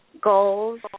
goals